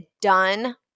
done